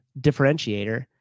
differentiator